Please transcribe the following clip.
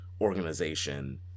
organization